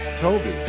Toby